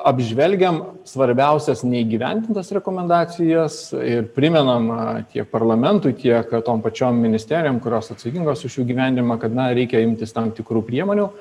apžvelgiam svarbiausias neįgyvendintas rekomendacijas ir primenam tiek parlamentui tiek tom pačiom ministerijom kurios atsakingos už jų įgyvendinimą kad na reikia imtis tam tikrų priemonių